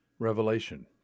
Revelation